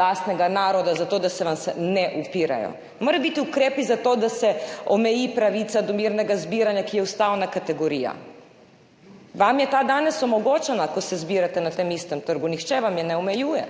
lastnega naroda, za to, da se vam ne upirajo, ne morejo biti ukrepi za to, da se omeji pravica do mirnega zbiranja, ki je ustavna kategorija. Vam je ta danes omogočena, ko se zbirate na tem istem trgu, nihče vam je ne omejuje.